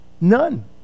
None